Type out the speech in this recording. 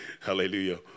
Hallelujah